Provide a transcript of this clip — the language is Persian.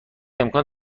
امکان